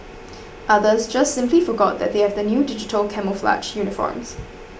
others just simply forgot that they have the new digital camouflage uniforms